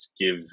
give